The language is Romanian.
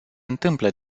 întâmplă